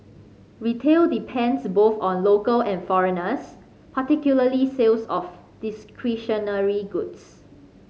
retail depends both on local and foreigners particularly sales of discretionary goods